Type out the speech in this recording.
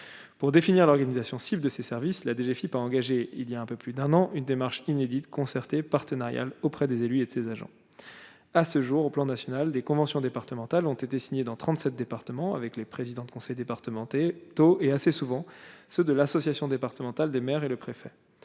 pour définir l'organisation de ses services, la DGFIP a engagé il y a un peu plus d'un an, une démarche inédite concertée partenarial auprès des élus et de ses agents, à ce jour, au plan national des conventions départementales ont été signés dans 37 départements, avec les présidents de conseils départementaux, tout est assez souvent, ceux de l'association départementale des maires et le préfet